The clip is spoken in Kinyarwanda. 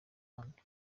ahandi